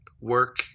work